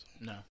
No